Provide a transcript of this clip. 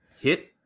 hit